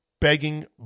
begging